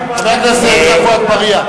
חבר הכנסת עפו אגבאריה,